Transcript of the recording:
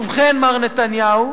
ובכן, מר נתניהו,